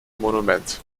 monument